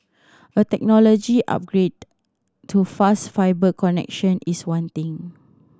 a technology upgrade to faster fibre connection is wanting